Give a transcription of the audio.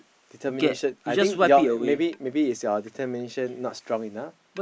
determination I think your maybe maybe is your determination not strong enough